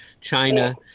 China